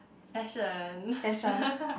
fashion